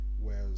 Whereas